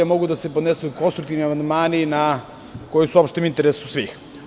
Mogu da se podnesu konstruktivni amandmani koji su u opštem interesu svih.